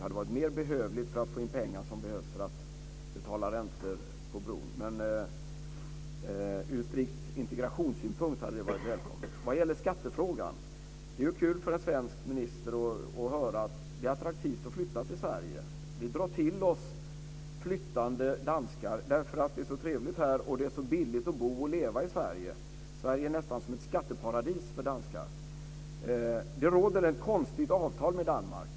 Det hade varit mer behövligt för att få in pengar som behövs för att betala räntor på bron. Ur strikt integrationssynpunkt hade det varit välkommet. Vad gäller skattefrågan kan jag säga att det är kul för en svensk minister att höra att det är attraktivt att flytta till Sverige. Vi drar till oss flyttande danskar därför att det är så trevligt här och därför att det är så billigt att bo och leva i Sverige. Sverige är nästan som ett skatteparadis för danskar. Det råder ett konstigt avtal med Danmark.